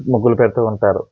ముగ్గులు పెడుతు ఉంటారు